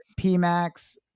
PMax